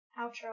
Outro